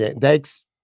Thanks